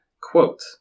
Quote